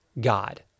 God